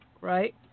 right